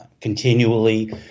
continually